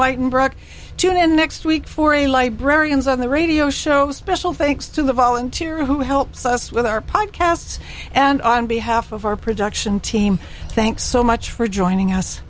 whiting brook tune in next week for a librarian's on the radio show a special thanks to the volunteer who helps us with our podcasts and on behalf of our production team thanks so much for joining us